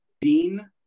Dean